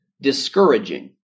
discouraging